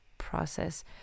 process